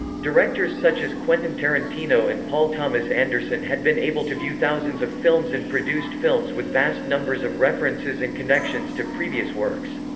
directors such as quentin tarantino and paul thomas anderson had been able to view thousands of films and produced films with vast numbers of references and connections to previous works.